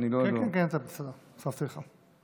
הוספתי לך.